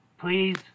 Please